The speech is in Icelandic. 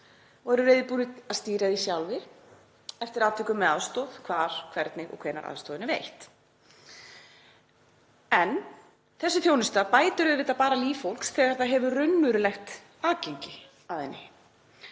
og eru reiðubúnir að stýra því sjálfir, eftir atvikum með aðstoð, hvar, hvernig og hvenær aðstoðin er veitt. En þessi þjónusta bætir auðvitað bara líf fólks þegar það hefur raunverulegt aðgengi að henni.